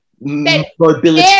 mobility